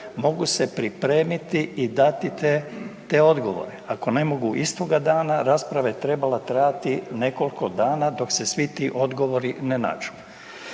mogu se pripremiti i dati te odgovore, ako ne mogu istoga dana, rasprava je trebala trajati nekoliko dana dok se svi ti odgovori ne nađu,